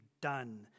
done